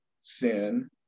sin